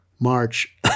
March